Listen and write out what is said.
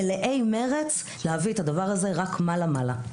מלאי מרץ להביא את הדבר הזה רק מעלה מעלה.